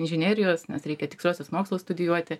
inžinerijos nes reikia tiksliuosius mokslus studijuoti